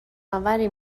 آوری